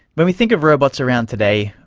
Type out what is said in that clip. when we think of robots around today,